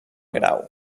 grau